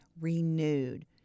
renewed